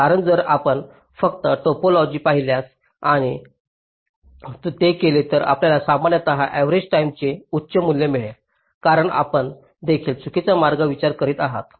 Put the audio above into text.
कारण जर आपण फक्त टोपोलॉजी पाहिल्यास आणि ते केले तर आपल्याला सामान्यत अर्रेवाल टाईमचे उच्च मूल्य मिळेल कारण आपण देखील चुकीच्या मार्गाचा विचार करीत आहात